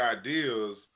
ideas